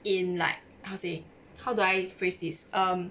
in like how to say how do I phrase this um